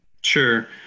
Sure